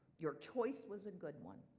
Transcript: your choice was a good one.